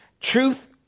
Truth